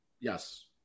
Yes